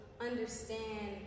understand